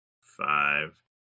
five